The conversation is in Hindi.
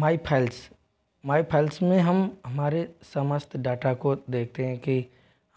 माय फाइल्स माय फाइल्स में हम हमारे समस्थ डाटा को देखते हैं कि